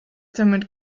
damit